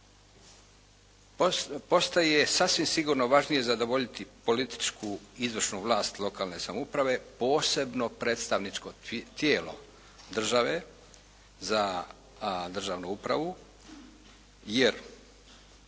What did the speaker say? Postaje sasvim sigurno važnije zadovoljiti političku izvršnu vlast lokalne samouprave posebno predstavničko tijelo države za državnu upravu, jer